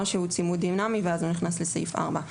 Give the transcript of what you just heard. או שהוא צימוד דינמי ואז הוא נכנס לסעיף (4).